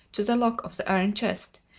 to the lock of the iron chest,